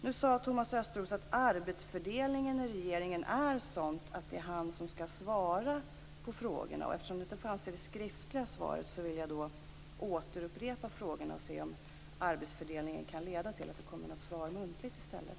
Nu sade Thomas Östros att arbetsfördelningen i regeringen är sådan att det är han som skall svara på frågorna. Eftersom det inte fanns svar i det skriftliga svaret vill jag upprepa frågorna och se om arbetsfördelningen kan leda till att det kommer något muntligt svar i stället.